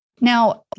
Now